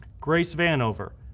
grace vanover,